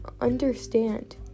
understand